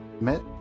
Met